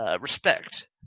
respect